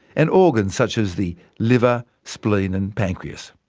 and organs such as the liver, spleen and pancreas.